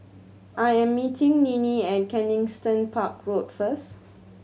I am meeting Ninnie at Kensington Park Road first